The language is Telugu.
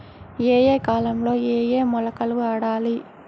ఏయే కాలంలో ఏయే మొలకలు వాడాలి?